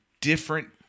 different